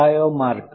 biomarker